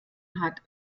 hat